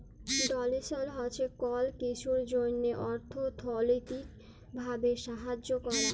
ডোলেসল হছে কল কিছুর জ্যনহে অথ্থলৈতিক ভাবে সাহায্য ক্যরা